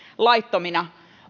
laittomina